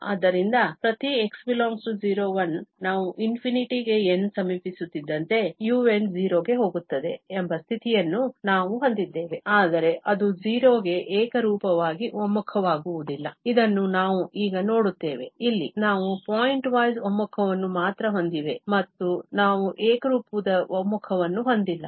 ಆದ್ದರಿಂದ ಪ್ರತಿ x ∈ 01 ನಾವು ∞ ಗೆ n ಸಮೀಪಿಸುತ್ತಿದ್ದಂತೆ un 0 ಗೆ ಹೋಗುತ್ತದೆ ಎಂಬ ಸ್ಥಿತಿಯನ್ನು ನಾವು ಹೊಂದಿದ್ದೇವೆ ಆದರೆ ಅದು 0 ಗೆ ಏಕರೂಪವಾಗಿ ಒಮ್ಮುಖವಾಗುವುದಿಲ್ಲ ಇದನ್ನು ನಾವು ಈಗ ನೋಡುತ್ತೇವೆ ಇಲ್ಲಿ ನಾವು ಪಾಯಿಂಟ್ವೈಸ್ ಒಮ್ಮುಖವನ್ನು ಮಾತ್ರ ಹೊಂದಿವೆ ಮತ್ತು ನಾವು ಏಕರೂಪದ ಒಮ್ಮುಖವನ್ನು ಹೊಂದಿಲ್ಲ